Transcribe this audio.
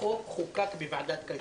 שהחוק חוקק בוועדת כלכלה,